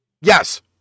Yes